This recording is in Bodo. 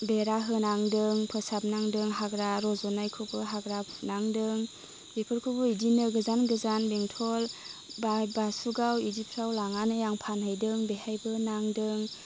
बेरा होनांदों फोसाबनांदों हाग्रा रज'नायखौबो हाग्रा फुनांदों बेफोरखौबो इदिनो गोजान गोजान बेंटल बा बासुगाव इदिफ्राव लांनानै आं फानहैदों बेहायबो नांदों